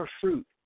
fruit